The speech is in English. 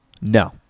no